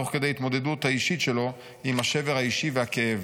תוך כדי ההתמודדות האישית שלו עם השבר האישי והכאב.